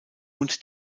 und